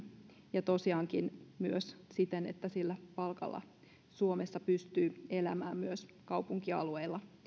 ja tosiaankin myös siten että sillä palkalla suomessa pystyy elämään myös kaupunkialueilla